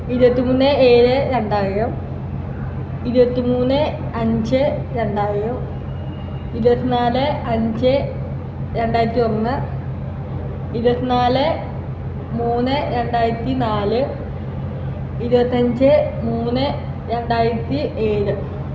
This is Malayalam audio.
ഇരുപത്തിമൂന്ന് ഏഴ് രണ്ടായിരം ഇരുപത്തിമൂന്ന് അഞ്ച് രണ്ടായിരം ഇരുപത്തിനാല് അഞ്ച് രണ്ടായിരത്തിയൊന്ന് ഇരുപത്തിനാല് മൂന്ന് രണ്ടായിരത്തിനാല് ഇരുപത്തഞ്ച് മൂന്ന് രണ്ടായിരത്തി ഏഴ്